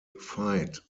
fight